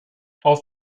auf